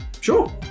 sure